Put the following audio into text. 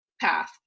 path